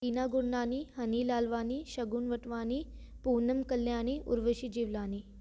Heena Gurnani Honey Lalwani Shagun Motwani Poonam Kalyani Urvashi Jivlani